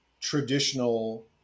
traditional